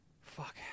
fuck